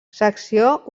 secció